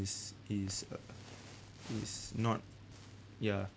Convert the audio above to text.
is is uh is not ya